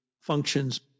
functions